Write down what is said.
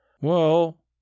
Well